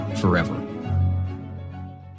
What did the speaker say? forever